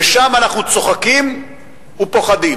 ושם אנחנו צוחקים ופוחדים.